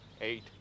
eight